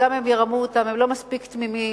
וגם אם ירמו אותם, הם לא מספיק תמימים,